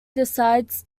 decides